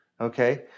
Okay